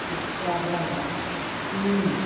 दिग्दार जाबाय